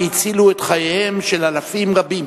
והצילו את חייהם של אלפים רבים,